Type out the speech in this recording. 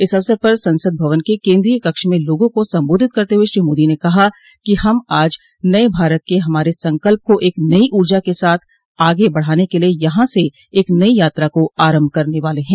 इस अवसर पर संसद भवन के केन्द्रीय कक्ष में लोगों को संबोधित करते हुए श्री मोदो ने कहा कि हम आज नये भारत के हमारे संकल्प को एक नई ऊर्जा के साथ आगे बढ़ाने के लिये यहां से एक नई यात्रा को आरम्भ करने वाले हैं